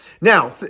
Now